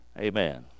Amen